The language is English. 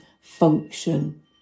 function